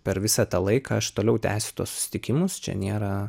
per visą tą laiką aš toliau tęsiu tuos susitikimus čia nėra